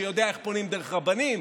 שיודע איך פונים דרך רבנים,